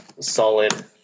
solid